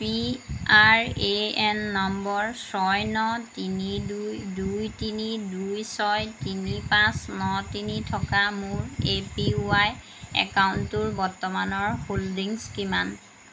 P R A N number ছয় ন তিনি দুই দুই তিনি দুই ছয় তিনি পাঁচ ন তিনি থকা মোৰ এ পি ৱাই একাউণ্টটোৰ বৰ্তমানৰ হোল্ডিংছ কিমান